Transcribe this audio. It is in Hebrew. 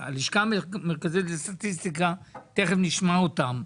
הלשכה המרכזית לסטטיסטיקה, תכף נשמע אותם.